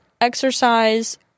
exercise